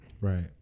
Right